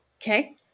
Okay